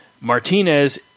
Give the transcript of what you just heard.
Martinez